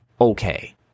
okay